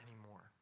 anymore